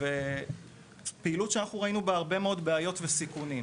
זו פעילות שאנחנו ראינו בה הרבה מאוד בעיות וסיכונים,